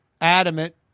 adamant